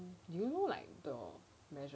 you know like the measurements no right